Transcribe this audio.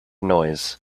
noise